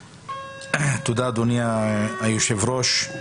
תודה, אדוני היושב-ראש.